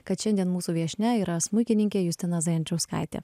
kad šiandien mūsų viešnia yra smuikininkė justina zajančauskaitė